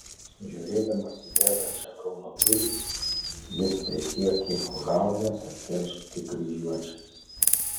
žiūrėdamas į degančią kauno pilį jis prisiekė užaugęs atkeršyti kryžiuočiams